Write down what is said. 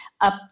up